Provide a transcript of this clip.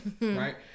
Right